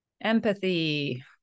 empathy